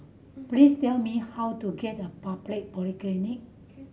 please tell me how to get Republic